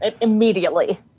immediately